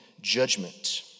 judgment